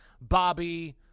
Bobby